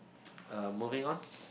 uh moving on